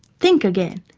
think again.